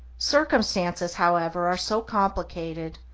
circumstances, however, are so complicated,